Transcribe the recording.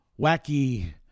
wacky